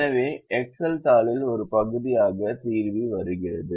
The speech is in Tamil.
எனவே எக்செல் தாளின் ஒரு பகுதியாக தீர்வி வருகிறது